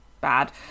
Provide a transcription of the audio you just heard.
bad